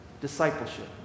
discipleship